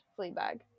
Fleabag